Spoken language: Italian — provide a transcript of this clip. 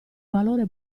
valore